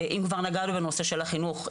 אם כבר נגענו בנושא של החינוך,